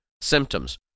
symptoms